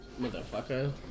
motherfucker